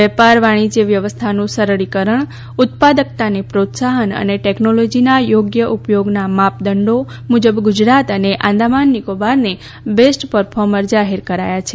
વેપાર વાણીજય વ્યવસ્થાનું સરળીકરણ ઉત્પાદકતાને પ્રોત્સાહન અને ટેકનોલોજીના યોગ્ય ઉપયોગના માપદંડો મુજબ ગુજરાત અને આંદમાન નિકોબારને બેસ્ટ પરફોર્મર જાહેર કરાયા છે